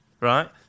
right